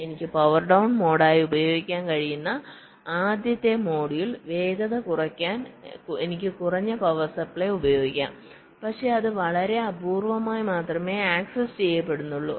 എനിക്ക് power down മോഡായി ഉപയോഗിക്കാൻ കഴിയുന്ന ആദ്യത്തെ മൊഡ്യൂൾ വേഗത കുറയ്ക്കാൻ എനിക്ക് കുറഞ്ഞ പവർ സപ്ലൈ ഉപയോഗിക്കാം പക്ഷേ അത് വളരെ അപൂർവമായി മാത്രമേ ആക്സസ് ചെയ്യപ്പെടുന്നുള്ളൂ